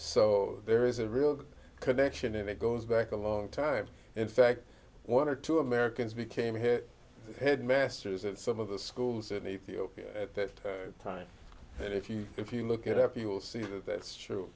so there is a real connection and it goes back a long time in fact one or two americans became a hit head masters at some of the schools in ethiopia at that time and if you if you look it up you'll see that that's true